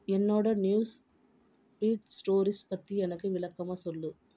என்னோட news feed stories பற்றி எனக்கு விளக்கமாக சொல்